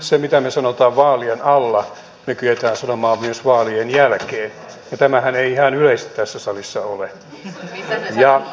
sen mitä me sanomme vaalien alla me kykenemme sanomaan myös vaalien jälkeen ja tämähän ei ihan yleistä tässä salissa ole